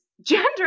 gender